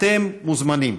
אתם מוזמנים.